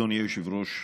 אדוני היושב-ראש,